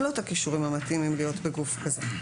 לו את הכישורים המתאימים להיות בגוף כזה,